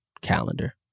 calendar